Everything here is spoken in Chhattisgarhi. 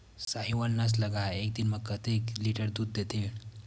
साहीवल नस्ल गाय एक दिन म कतेक लीटर दूध देथे?